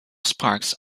sparks